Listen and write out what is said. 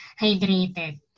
hydrated